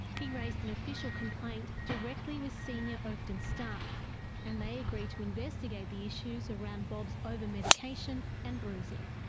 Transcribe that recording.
he raised an official complaint directly with senior oakden staff and they agreed to investigate the issues around bob's over-medication and bruising.